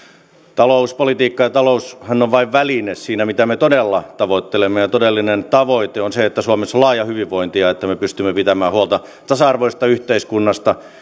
talouspolitiikka ja taloushan ovat väline siinä mitä me todella tavoittelemme todellinen tavoite on se että suomessa on laaja hyvinvointi ja että me pystymme pitämään huolta tasa arvoisesta yhteiskunnasta